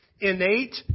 innate